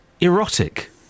Erotic